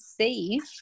save